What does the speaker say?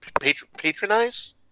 Patronize